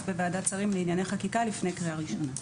בוועדת שרים לענייני חקיקה לפני קריאה ראשונה.